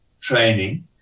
training